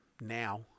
now